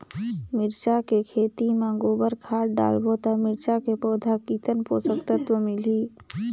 मिरचा के खेती मां गोबर खाद डालबो ता मिरचा के पौधा कितन पोषक तत्व मिलही?